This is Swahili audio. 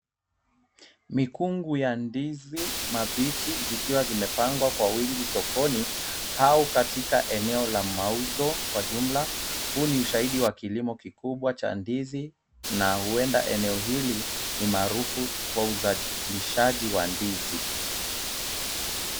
Mikungu ya ndizi mabichi zikiwa zimepangwa kwa wingi sokoni au katika eneo la mauzo kwa jumla. Huu ni ushahidi wa kilimo kikubwa cha ndizi na huenda eneo hili ni maarufu kwa uzalishaji wa ndizi.